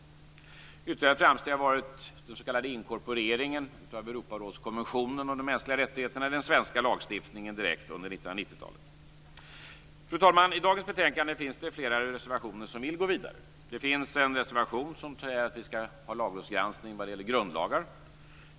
Ytterligare framsteg har varit den s.k. inkorporeringen av Europarådskonventionen om de mänskliga rättigheterna i den svenska lagstiftningen direkt under Fru talman! Till dagens betänkande finns det flera reservationer där man vill gå vidare. I en reservation krävs att vi skall ha lagrådsgranskning vad gäller grundlagar.